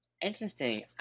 Interesting